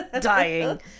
dying